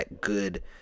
good